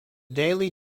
daily